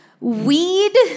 weed